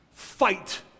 fight